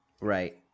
Right